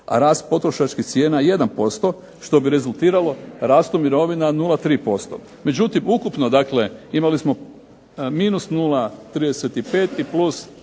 a rast potrošačkih cijena 1% što bi rezultiralo rastom mirovina 0,3%. Međutim ukupno dakle imali smo minus 0,35 i plus